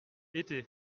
été